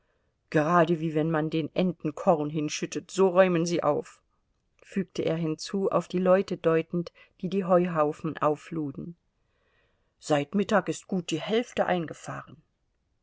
gerade wie wenn man den enten korn hinschüttet so räumen sie auf fügte er hinzu auf die leute deutend die die heuhaufen aufluden seit mittag ist gut die hälfte eingefahren